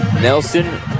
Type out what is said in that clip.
Nelson